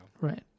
Right